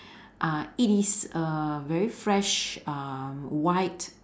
uh it is a very fresh uh white